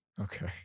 Okay